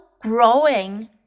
growing